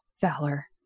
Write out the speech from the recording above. Valor